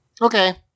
okay